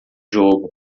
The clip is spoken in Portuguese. jogo